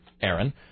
Aaron